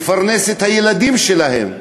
לפרנס את הילדים שלהם בכבוד.